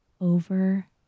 over